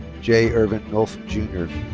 jay ervin nulph jr.